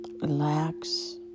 Relax